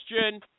question